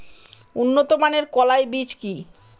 উন্নত মানের কলাই বীজ কি?